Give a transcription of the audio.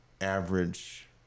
average